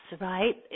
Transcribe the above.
right